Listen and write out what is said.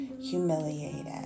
humiliated